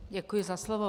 Děkuji za slovo.